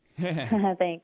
Thanks